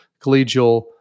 collegial